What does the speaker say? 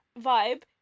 vibe